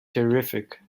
terrific